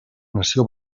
nació